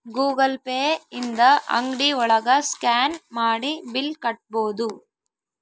Google Pay ಇಂದ ಅಂಗ್ಡಿ ಒಳಗ ಸ್ಕ್ಯಾನ್ ಮಾಡಿ ಬಿಲ್ ಕಟ್ಬೋದು